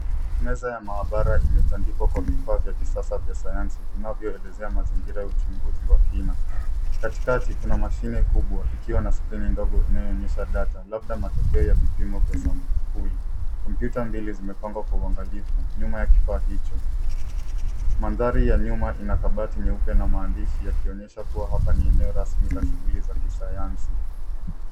Meza ya maabara imetandikwa kwa vifaa vya kisasa vya sayansi vinavyoelezea mazingira ya uchunguzi wa kina. Katikati kuna mashine kubwa ikiwa na skrini ndogo inayoonyesha data labda matokeo ya vipimo vya sampuli. Kompyuta mbili zimepangwa kwa uangalifu nyuma ya kifaa hicho. Mandhari ya nyuma ina kabati nyeupe na maandishi yakionyesha kuwa hapa ni maeneo rasmi ya shughuli za kisanyansi.